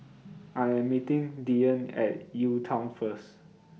I Am meeting Dyan At UTown First